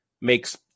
makes